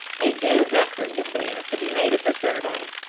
a due record was there to be made of the survey,